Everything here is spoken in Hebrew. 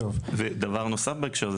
ודבר נוסף בהקשר הזה,